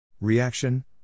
Reaction